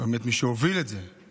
מי שהוביל את זה הוא